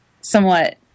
somewhat